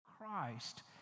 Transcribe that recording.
Christ